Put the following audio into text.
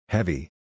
Heavy